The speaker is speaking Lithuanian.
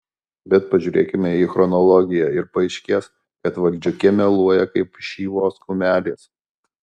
bet pažiūrėkime į chronologiją ir paaiškės kad valdžiukė meluoja kaip šyvos kumelės